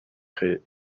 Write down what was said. créé